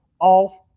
off